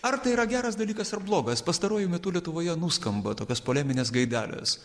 ar tai yra geras dalykas ar blogas pastaruoju metu lietuvoje nuskamba tokios poleminės gaidelės